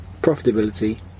profitability